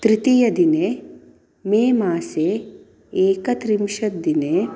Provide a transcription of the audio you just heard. तृतीयदिने मे मासे एकत्रिंशत् दिने